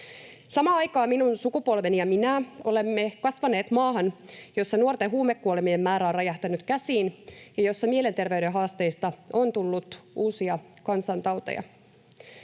Samaan aikaan minun sukupolveni ja minä olemme kasvaneet maahan, jossa nuorten huumekuolemien määrä on räjähtänyt käsiin ja jossa mielenterveyden haasteista on tullut uusia kansantauteja.